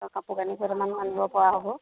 তাৰপৰা কাপোৰ কানি কেইটামানো আনিবপৰা হ'ব